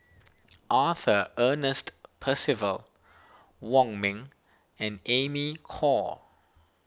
Arthur Ernest Percival Wong Ming and Amy Khor